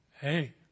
Hey